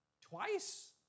twice